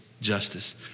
justice